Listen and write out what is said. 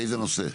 באיזה נושא?